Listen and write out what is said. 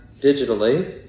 digitally